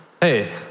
Hey